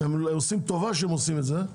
הם עושים טובה שהם עושים את זה.